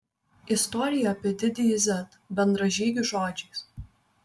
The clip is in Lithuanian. istorija apie didįjį z bendražygių žodžiais